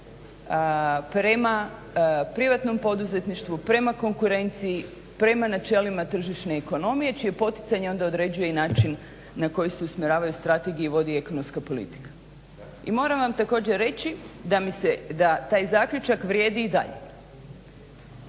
prema privatnom poduzetništvu, prema konkurenciji, prema načelima tržišne ekonomije čije poticanje onda određuje i način na koji se usmjeravaju strategije i vodi ekonomska politika. I moram vam također reći da taj zaključak vrijedi i dalje